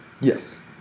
Yes